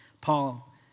Paul